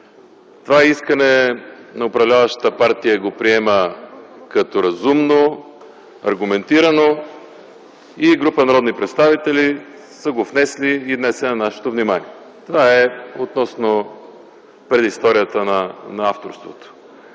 Това искане на управляващата партия го приема като разумно, аргументирано, група народни представители са го внесли и днес е на нашето внимание. Това е относно предисторията на авторството.